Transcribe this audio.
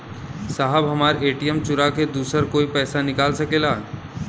साहब हमार ए.टी.एम चूरा के दूसर कोई पैसा निकाल सकेला?